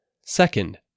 Second